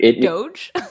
Doge